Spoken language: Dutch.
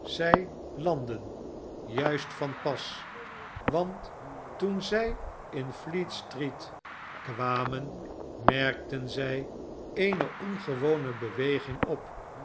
zij landden juist van pas want toen zij in fleets treet kwamen merkten zij eene ongewone beweging op